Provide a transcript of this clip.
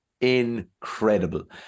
incredible